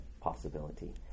possibility